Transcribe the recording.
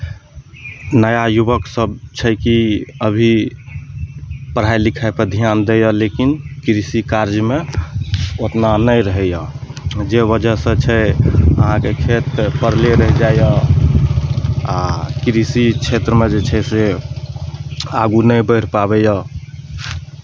नया युवकसभ छै कि अभी पढ़ाइ लिखाइपर ध्यान दैए लेकिन कृषि कार्यमे ओतना नहि रहैए जे वजहसँ छै अहाँके खेत तऽ पड़ले रहि जाइए आ कृषि क्षेत्रमे जे छै से आगू नहि बढ़ि पाबैए